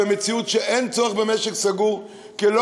במציאות שאין צורך במשק סגור כי לא